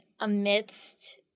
amidst